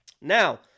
Now